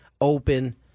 open